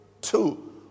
two